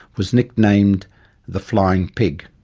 was nicknamed the flying pig.